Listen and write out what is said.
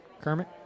Kermit